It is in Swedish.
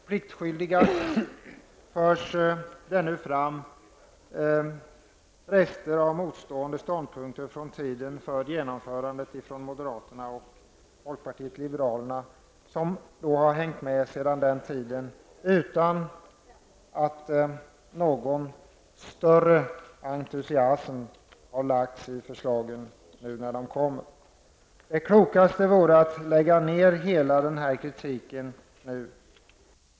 Pliktskyldigast och utan någon större entusiasm förs det nu av moderaterna och folkpartiet liberalerna fram rester av motstående ståndpunkter från tiden för genomförandet. Det klokaste vore att lägga ned hela den kritiken nu.